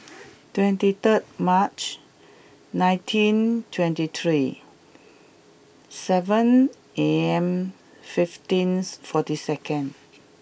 twenty third March nineteen twenty three seven A M fifteens forty second